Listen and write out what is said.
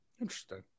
Interesting